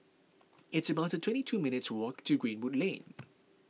it's about twenty two minutes' walk to Greenwood Lane